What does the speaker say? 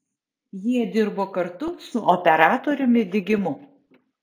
jie dirbo kartu su operatoriumi digimu